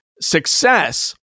success